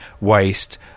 waste